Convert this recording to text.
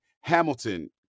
Hamilton